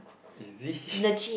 is it